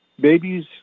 Babies